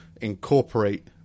incorporate